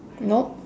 nope